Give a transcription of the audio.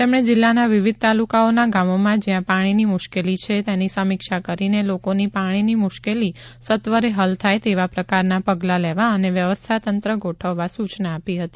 તેમણે જિલ્લાના વિવિધ તાલુકાઓના ગામોમાં જયાં પાણીની મુશ્કેલી છે તેની સમીક્ષા કરીને લોકોના પાણીની મુશ્કેલી સત્વરે હલ થાય તેવા પ્રકારના પગલાં લેવા અને વ્યવસ્થા તંત્ર ગોઠવવા સુચના આપી હતી